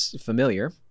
familiar